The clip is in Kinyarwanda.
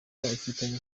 ufitanye